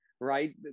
right